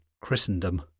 Christendom